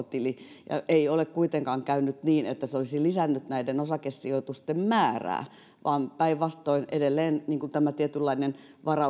tili ja ei ole kuitenkaan käynyt niin että se olisi lisännyt näiden osakesijoitusten määrää vaan päinvastoin edelleen tämä tietynlainen